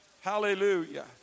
Hallelujah